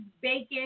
bacon